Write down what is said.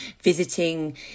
visiting